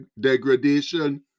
degradation